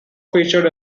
featured